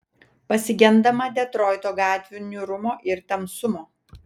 pasigendama detroito gatvių niūrumo ir tamsumo